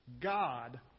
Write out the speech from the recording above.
God